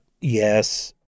Yes